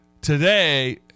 Today